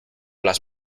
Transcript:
las